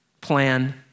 plan